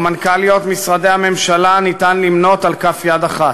או מנכ"ליות משרדי הממשלה ניתן למנות על אצבעות כף יד אחת,